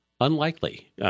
unlikely